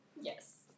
Yes